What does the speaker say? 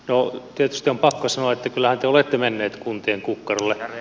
no tietysti on pakko sanoa että kyllähän te olette menneet kuntien kukkarolle